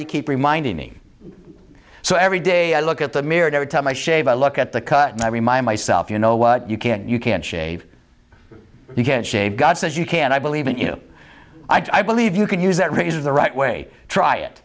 you keep reminding me so every day i look at the mirror every time i shave i look at the cut and i remind myself you know what you can't you can't shave you can't shave god says you can i believe in you i believe you can use that raises the right way try it